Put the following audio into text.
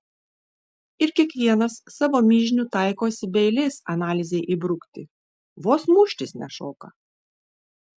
ir kiekvienas savo mižnių taikosi be eilės analizei įbrukti vos muštis nešoka